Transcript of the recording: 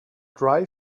dry